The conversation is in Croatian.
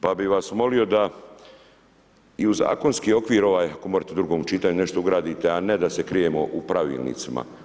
Pa bih vas molio da i u zakonski okvir ovaj, ako možete u drugom čitanju nešto ugradite a ne da se krijemo u pravilnicima.